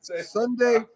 Sunday